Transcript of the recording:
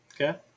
Okay